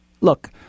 look